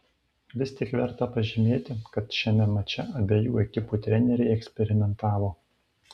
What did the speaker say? vis tik verta pažymėti kad šiame mače abiejų ekipų treneriai eksperimentavo